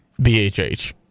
BHH